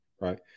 right